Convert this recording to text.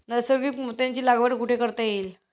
नैसर्गिक मोत्यांची लागवड कुठे करता येईल?